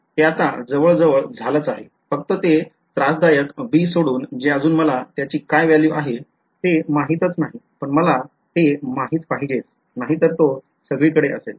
ते आता जवळ जवळ झालच आहे फक्त ते त्रासदायक b सोडून जे अजून मला त्याची काय value आहे ते माहीतच नाही पण मला ते माहित पाहिजेच नाहीतर तो सगळीकडे असेल